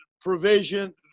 provision